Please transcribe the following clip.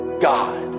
God